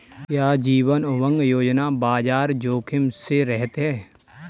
क्या जीवन उमंग योजना बाजार जोखिम से रहित है?